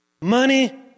Money